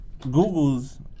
Google's